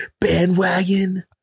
bandwagon